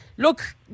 Look